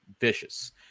vicious